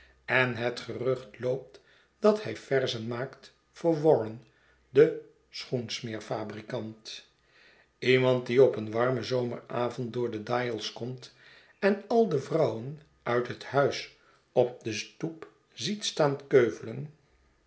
en het gerucht loopt dat hij verzen maakt voor warren den schoensmeerfabrikant iemand die op een warmen zomeravond door de dials komt en al de vrouwen uit hethuis op de stoep ziet staan keuvelen